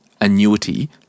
annuity